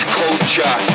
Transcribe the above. culture